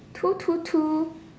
two two two